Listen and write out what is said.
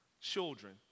children